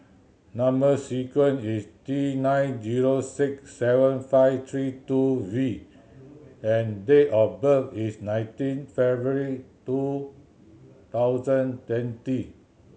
number sequence is T nine zero six seven five three two V and date of birth is nineteen February two thousand twenty